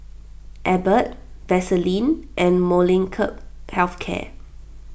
Abbott Vaselin and Molnylcke Health Care